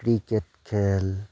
cricket খেল